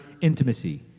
intimacy